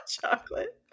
chocolate